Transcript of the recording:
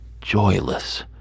Joyless